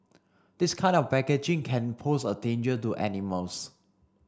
this kind of packaging can pose a danger to animals